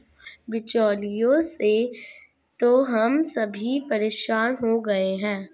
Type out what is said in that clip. बिचौलियों से तो हम सभी परेशान हो गए हैं